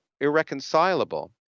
irreconcilable